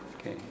okay